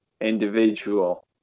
individual